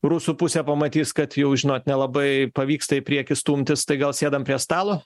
rusų pusė pamatys kad jau žinot nelabai pavyksta į priekį stumtis tai gal sėdam prie stalo